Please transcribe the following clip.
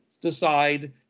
decide